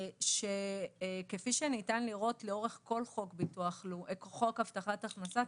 אני אציין בקצרה שכפי שניתן לראות לאורך כל חוק הבטחת הכנסה,